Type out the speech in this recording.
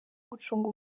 gucunga